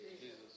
Jesus